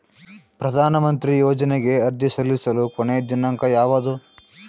ಪ್ರಧಾನ ಮಂತ್ರಿ ಯೋಜನೆಗೆ ಅರ್ಜಿ ಸಲ್ಲಿಸಲು ಕೊನೆಯ ದಿನಾಂಕ ಯಾವದು?